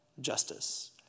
Justice